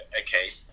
okay